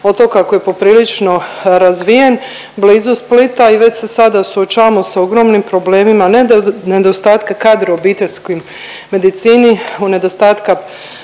otoka koji je poprilično razvijen blizu Splita i već se sada suočavamo sa ogromnim problemima nedostatka kadra obiteljskoj medicini, u nedostatka